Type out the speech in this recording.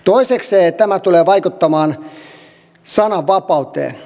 toisekseen tämä tulee vaikuttamaan sananvapauteen